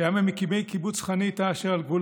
שהיה ממקימי קיבוץ חניתה אשר על גבול